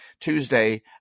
Tuesday